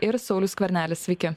ir saulius skvernelis sveiki